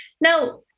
Now